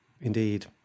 indeed